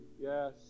Yes